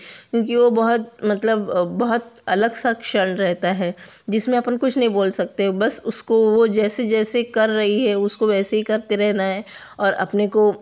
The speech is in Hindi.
क्योंकि वह बहुत मतलब बहुत अलग क्षण रहता है जिसमें अपन कुछ नहीं बोल सकते बस उसको वह जैसे जैसे कर रही है उसको वैसे ही करते रहना है और अपने को